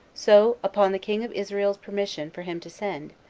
so, upon the king of israel's permission for him to send,